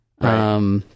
Right